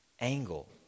angle